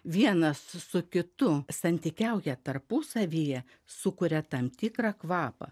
vienas su kitu santykiauja tarpusavyje sukuria tam tikrą kvapą